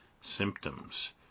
symptoms